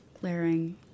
glaring